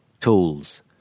tools